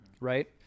right